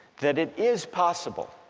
that it is possible